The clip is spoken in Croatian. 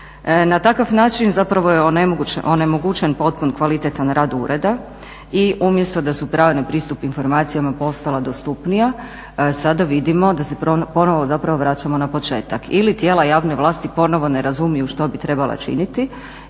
Na takav način zapravo je onemogućen potpun, kvalitetan rad ureda i umjesto da su prava na pristup informacijama postala dostupnija, sad vidimo da se ponovo zapravo vraćamo na početak. Ili tijela javne vlasti ponovo ne razumiju što bi trebala činiti